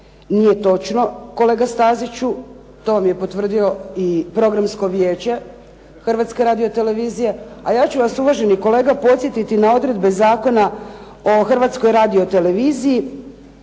Nije točno kolega Staziću. To vam je potvrdilo i Programsko vijeće Hrvatske radio-televizije. A ja ću vas uvaženi kolega podsjetiti na odredbe Zakona o Hrvatskoj radio-televiziji